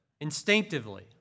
instinctively